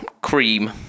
Cream